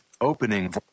Opening